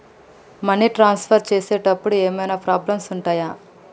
Money transfer చేసేటప్పుడు ఏమైనా problems ఉంటయా?